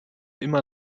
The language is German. immer